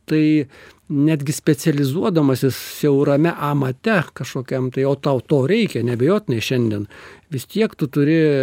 tai netgi specializuodamasis siaurame amate kažkokiam tai o tau to reikia neabejotinai šiandien vis tiek tu turi